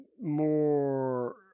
more